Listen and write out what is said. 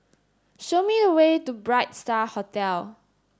show me the way to Bright Star Hotel